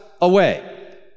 away